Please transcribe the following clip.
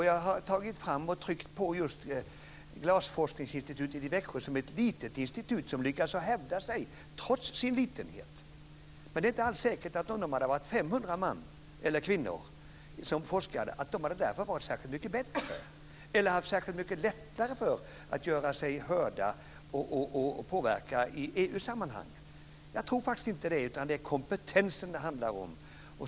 Jag har hållit fram och tryckt på Glasforskningsinstitutet i Växjö, som är ett litet institut som lyckats hävda sig trots sin litenhet. Det är inte alls säkert att man, om det var 500 män - eller kvinnor - som forskade, hade varit särskilt mycket bättre eller hade haft särskilt mycket lättare att göra sig hörd och påverka i EU-sammanhang. Jag tror faktiskt inte det. I stället är det kompetensen som det handlar om.